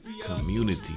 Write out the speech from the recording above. community